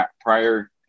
prior